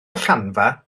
allanfa